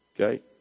Okay